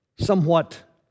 Somewhat